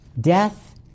death